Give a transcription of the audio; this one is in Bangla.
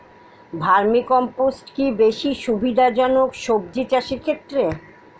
ভার্মি কম্পোষ্ট কি বেশী সুবিধা জনক সবজি চাষের ক্ষেত্রে?